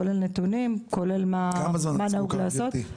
כולל נתונים ומה נהוג לעשות.